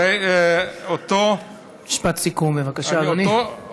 הרי אותו, משפט סיכום, בבקשה, אדוני.